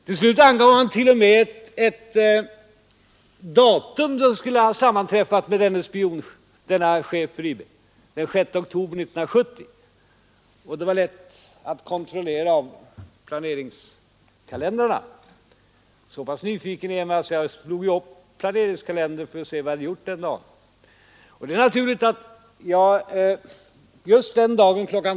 Till slut angav man t.o.m. ett datum då jag skulle ha sammanträffat med denne chef för IB, den 6 oktober 1970. Det var lätt att kontrollera i planeringskalendern. Så pass nyfiken är jag att jag slog upp planeringskalendern för att se vad jag hade gjort den dagen — och just den dagen kl.